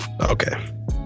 Okay